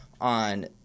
on